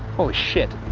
holy shit.